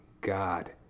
God